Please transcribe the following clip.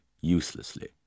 uselessly